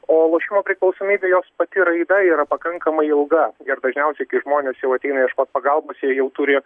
o lošimo priklausomybė jos pati raida yra pakankamai ilga ir dažniausiai kai žmonės jau ateina ieškot pagalbos jie jau turi